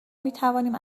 میتوانیم